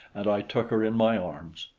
and i took her in my arms.